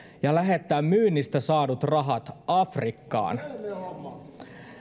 ja lähettää myynnistä saadut rahat afrikkaan on